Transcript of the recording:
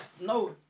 no